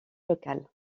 locale